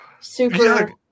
Super